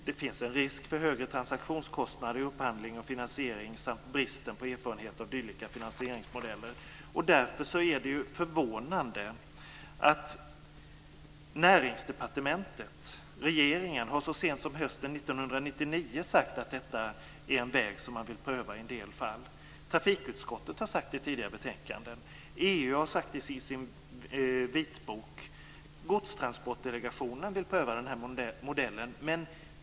Det finns en risk för högre transaktionskostnader i upphandling och finansiering samt brist på erfarenhet av dylika finansieringsmodeller. Därför är det förvånande att Näringsdepartementet och regeringen så sent som hösten 1999 sade att detta är en väg som man vill pröva i en del fall. Trafikutskottet har sagt det i tidigare betänkanden. EU har sagt det i sin vitbok. Godstransportdelegationen vill pröva den här modellen.